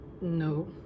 no